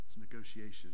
negotiations